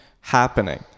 happening